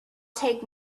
take